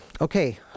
Okay